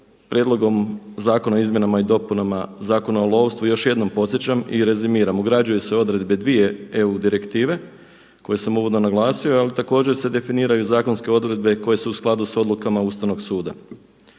Prijedlogom zakona o Izmjenama i dopunama Zakona o lovstvu još jednom podsjećam i rezimiram, ugrađuju se odredbe dvije EU direktive koje sam uvodno naglasio ali također se definiraju i zakonske odredbe koje su u skladu sa odlukama Ustavnog suda.